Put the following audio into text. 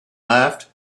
laughed